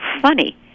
funny